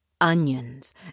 onions